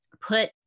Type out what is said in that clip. put